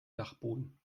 dachboden